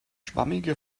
schwammige